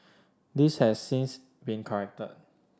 this has since been corrected